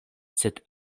sed